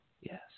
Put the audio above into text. Yes